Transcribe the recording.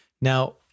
Now